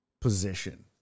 Position